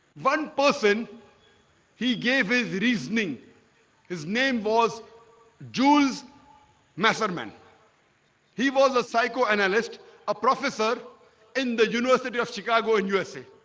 one person he gave his reasoning his name was jules messer men he was a psychoanalyst a professor in the university of chicago in usa